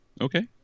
okay